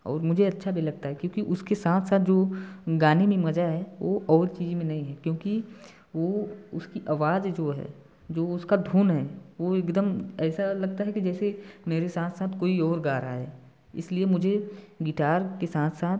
और मुझे अच्छा भी लगता है क्योंकि उसके साथ साथ जो गाने में मजा है वो और चीज में नहीं है क्योंकि वो उसकी आवाज जो है जो उसका धुन है वो एकदम ऐसा लगता है कि जैसे मेरे साथ साथ कोई और गा रहा है इसलिए मुझे गिटार के साथ साथ